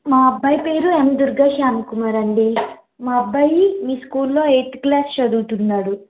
మా అబ్బాయి పేరు ఎమ్ దుర్గా శ్యామ్కుమారండి మా అబ్బాయి మీ స్కూల్ లో ఎయిత్ క్లాస్ చదువుతున్నాడు